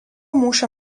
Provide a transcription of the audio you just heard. mūšio